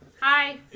Hi